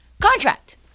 contract